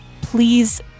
Please